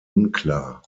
unklar